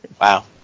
wow